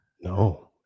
No